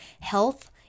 health